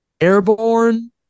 Airborne